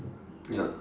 ya